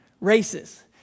races